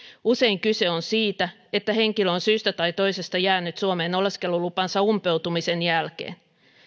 usein kyse on siitä että henkilö on syystä tai toisesta jäänyt suomeen oleskelulupansa umpeutumisen jälkeen